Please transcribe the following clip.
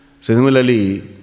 Similarly